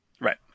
Right